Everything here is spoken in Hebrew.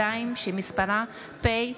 המשבר ברפואה התעסוקתית,